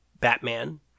Batman